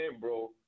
bro